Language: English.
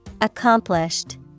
Accomplished